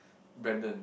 Brandon